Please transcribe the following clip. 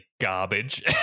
garbage